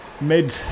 mid